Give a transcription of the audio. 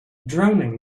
drowning